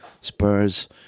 Spurs